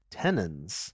tenons